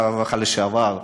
שר הרווחה לשעבר,